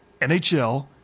NHL